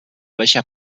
welcher